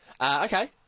okay